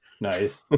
Nice